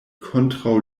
kontraŭ